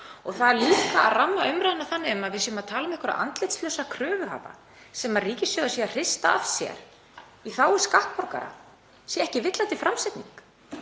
Og líka að það að ramma umræðuna þannig inn að við séum að tala um einhverja andlitslausa kröfuhafa sem ríkissjóður sé að hrista af sér í þágu skattborgara sé ekki villandi framsetning.